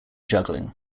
juggling